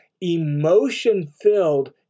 emotion-filled